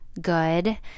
good